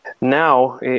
now